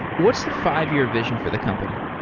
what's the five-year vision for the company?